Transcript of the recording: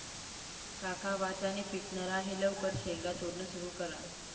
काका वाटाणे पिकणार आहे लवकर शेंगा तोडणं सुरू करा